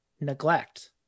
neglect